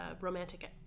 romantic